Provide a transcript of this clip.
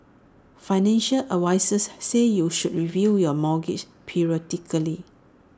financial advisers say you should review your mortgage periodically